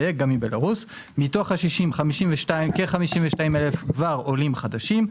מתוכם כ-52,000 כבר עולים חדשים.